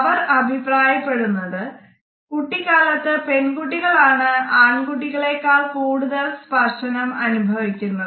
അവർ അഭിപ്രായപ്പെടുന്നത് കുട്ടിക്കാലത്ത് പെൺകുട്ടികൾ ആണ് ആൺകുട്ടികളേക്കാൾ കൂടുതൽ സ്പർശനം അനുഭവിക്കുന്നത്